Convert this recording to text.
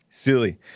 silly